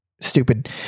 stupid